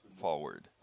forward